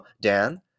Dan